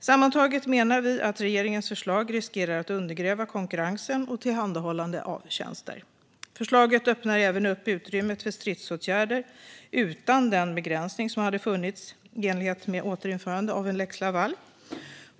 Sammantaget menar vi att regeringens förslag riskerar att undergräva konkurrensen och tillhandahållandet av tjänster. Förslaget öppnar även upp utrymmet för stridsåtgärder utan den begränsning som hade funnits i enlighet med ett återinförande av lex Laval.